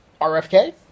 RFK